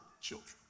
children